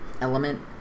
element